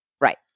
Right